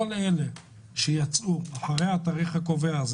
אלה שיצאו אחרי התאריך הקובע,